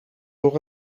door